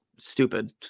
stupid